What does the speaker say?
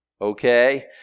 Okay